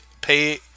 pay